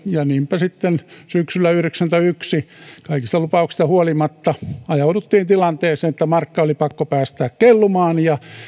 niinpä sitten syksyllä yhdeksänkymmentäyksi kaikista lupauksista huolimatta ajauduttiin tilanteeseen että markka oli pakko päästää kellumaan